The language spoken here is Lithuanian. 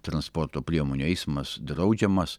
transporto priemonių eismas draudžiamas